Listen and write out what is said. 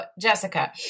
Jessica